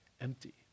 empty